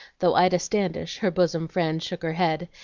though ida standish, her bosom friend, shook her head,